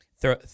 throw